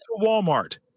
Walmart